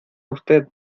usted